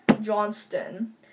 Johnston